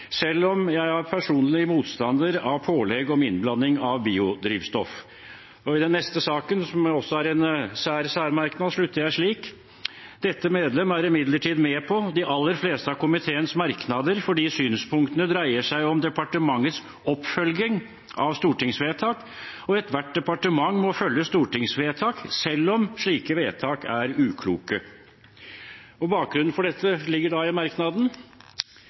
selv om dette medlem er personlig motstander av pålegg om innblanding av biodrivstoff.» I den neste saken har jeg også en sær særmerknad, hvor jeg slutter slik: «Dette medlem er imidlertid med på de aller fleste av komiteens merknader fordi synspunktene dreier seg om departementets oppfølging av stortingsvedtak, og ethvert departement må følge stortingsvedtak, selv om de er ukloke.» Bakgrunnen for dette ligger da i merknaden.